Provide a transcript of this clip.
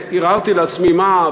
הרהרתי לעצמי מה,